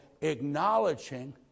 acknowledging